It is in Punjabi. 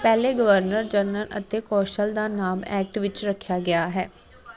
ਪਹਿਲੇ ਗਵਰਨਰ ਜਨਰਲ ਅਤੇ ਕੌਸ਼ਲ ਦਾ ਨਾਮ ਐਕਟ ਵਿੱਚ ਰੱਖਿਆ ਗਿਆ ਹੈ